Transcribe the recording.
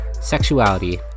sexuality